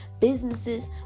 businesses